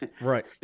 Right